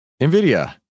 NVIDIA